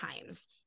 times